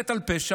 חטא על פשע,